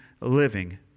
living